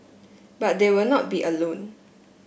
but they will not be alone